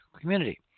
community